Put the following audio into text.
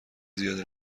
زیاده